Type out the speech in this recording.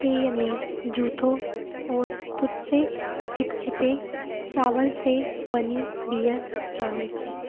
पेय में ज़ुथो और थुत्से चिपचिपे चावल से बनी बियर शामिल हैं